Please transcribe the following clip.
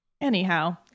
Anyhow